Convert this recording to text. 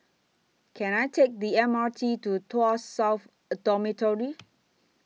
Can I Take The M R T to Tuas South Dormitory